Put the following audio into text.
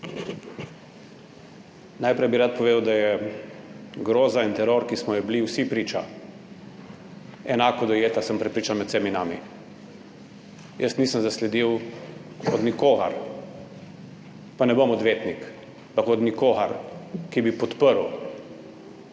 Najprej bi rad povedal, da je groza in teror, ki smo ji bili vsi priča enako dojeta, sem prepričan, med vsemi nami. Jaz nisem zasledil od nikogar, pa ne bom odvetnik, ampak od nikogar, ki bi podprl